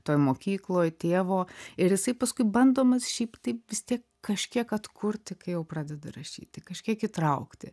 toj mokykloj tėvo ir jisai paskui bandomas šiaip taip vis tiek kažkiek atkurti kai jau pradeda rašyti kažkiek įtraukti